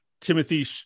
timothy